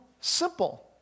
simple